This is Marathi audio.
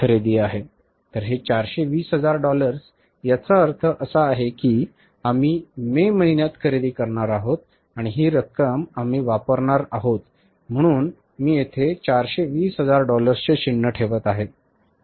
तर हे 420 हजार डॉलर्स याचा अर्थ असा आहे की आम्ही मे महिन्यात खरेदी करणार आहोत आणि ही रक्कम आम्ही वापरणार आहोत म्हणून मी येथे 420 हजार डॉलर्सचे चिन्ह ठेवत आहे